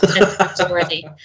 Already